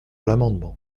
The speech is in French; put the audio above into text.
l’amendement